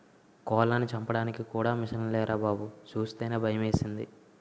కోళ్లను చంపడానికి కూడా మిసన్లేరా బాబూ సూస్తేనే భయమేసింది